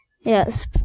Yes